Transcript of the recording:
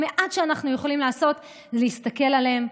המעט שאנחנו יכולים לעשות זה להסתכל עליהם,